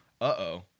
Uh-oh